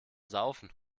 saufen